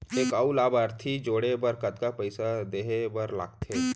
एक अऊ लाभार्थी जोड़े बर कतका पइसा देहे बर लागथे?